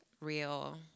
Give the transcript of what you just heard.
real